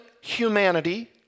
humanity